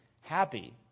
happy